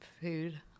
food